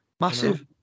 Massive